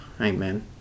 amen